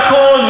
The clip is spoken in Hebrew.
נכון,